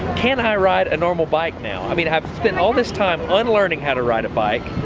can i ride a normal bike now. i mean i have spent all this time unlearning how to ride a bike,